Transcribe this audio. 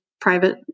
private